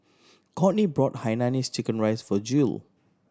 Kourtney brought hainanese checken rice for Jule